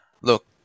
Look